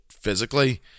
physically